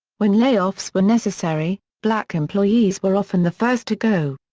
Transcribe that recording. when layoffs were necessary, black employees were often the first to go.